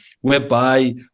whereby